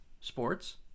sports